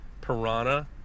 piranha